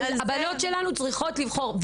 הבנות שלנו צריכות לבחור.